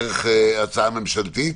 דרך הצעה ממשלתית,